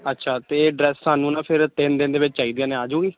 ਅੱਛਾ ਅਤੇ ਡਰੈੱਸ ਸਾਨੂੰ ਨਾ ਫਿਰ ਤਿੰਨ ਦਿਨ ਦੇ ਵਿੱਚ ਚਾਹੀਦੀਆਂ ਨੇ ਆ ਜੂਗੀ